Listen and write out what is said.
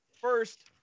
First